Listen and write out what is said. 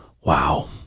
wow